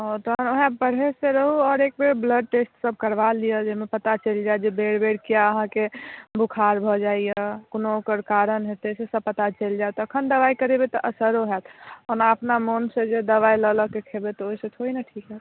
हँ तऽ वहए परहेज से रहु आओर एकबेर ब्लड टेस्ट सब करबा लियऽ जाहिमे पता चलि जायत जे बेर बेर किए अहाँके बुखार भऽ जाइए कोनो ओकर कारण हेतै से सब पता चलि जायत तखन दबाइ करैबे तऽ असरो होयत ओना अपना मोन से जे दबाइ लऽ लऽके खेबै तऽ ओहि सऽ थोड़े ने ठीक होयत